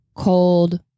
cold